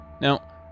Now